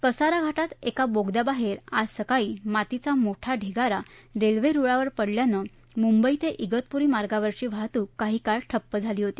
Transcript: कसारा घावित एका बोगद्याबाहेर आज सकाळी मातीचा मोठा ढिगारा रेल्वे रुळावर पडल्यानं मुंबई ते शितपुरी मार्गावरची वाहतुक काही काळ ठप्प झाली होती